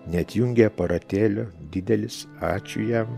neatjungė aparatėlio didelis ačiū jam